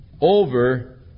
over